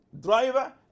driver